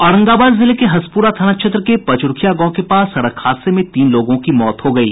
औरंगाबाद जिले के हसपुरा थाना क्षेत्र के पचरुखिया गांव के पास सड़क हादसे में तीन लोगों की मौत हो गयी